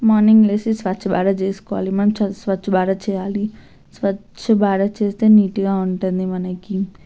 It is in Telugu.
మార్నింగ్ లేచి స్వచ్ఛభారత్ చేసుకోలి మంచి స్వచ్ఛభారత్ చేయాలి స్వచ్ఛభారత్ చేస్తే నీటుగా ఉంటంది మనకి